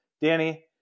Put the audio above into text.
danny